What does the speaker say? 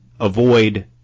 avoid